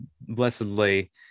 blessedly